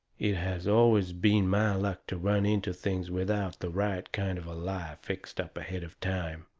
it has always been my luck to run into things without the right kind of a lie fixed up ahead of time.